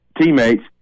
teammates